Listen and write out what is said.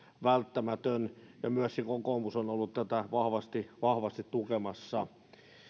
välttämätön ja myöskin kokoomus on ollut tätä vahvasti tukemassa